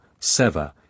seva